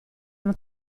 una